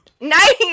Nice